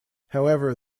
however